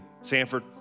Sanford